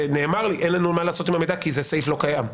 נאמר לי שאין לנו מה לעשות עם המידע כי זה סעיף לא קיים,